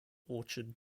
orchard